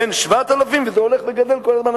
בין 7,000, והמחיר הולך וגדל כל הזמן.